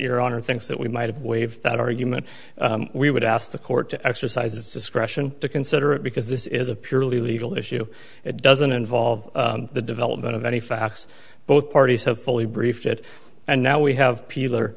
honor thinks that we might have waived that argument we would ask the court to exercise its discretion to consider it because this is a purely legal issue it doesn't involve the development of any facts both parties have fully briefed it and now we have peeler